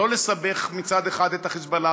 לא לסבך מצד אחד את החיזבאללה,